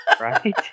Right